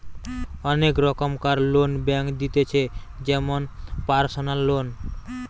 অনেক রোকমকার loan bank দিতেছে যেমন পারসনাল লোন